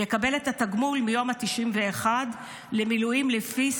יקבל את התגמול מהיום ה-91 למילואים לפי